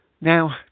now